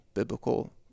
biblical